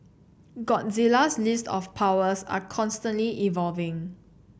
Godzilla's list of powers are constantly evolving